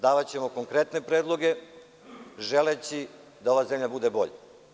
Davaćemo konkretne predloge, želeći da ova zemlja bude bolja.